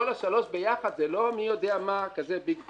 כל השלוש ביחד זה לא מי יודע מה כזה ביג דיל.